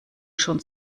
schon